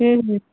हुँ हुँ